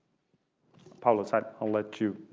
paulo, is that i'll let you